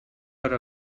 per